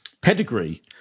pedigree